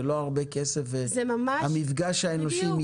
זה לא הרבה כסף וחשוב מאוד המפגש האנושי.